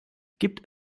gibt